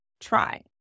try